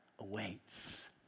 awaits